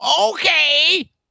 Okay